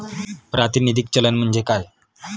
प्रातिनिधिक चलन म्हणजे काय?